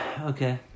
Okay